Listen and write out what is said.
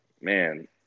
man